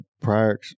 prior